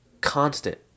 constant